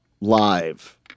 live